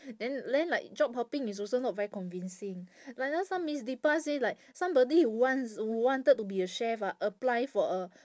then then like job hopping is also not very convincing like last time miss dipa say like somebody wants wanted to be a chef ah apply for a